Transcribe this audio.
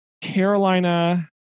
Carolina